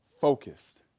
focused